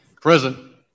Present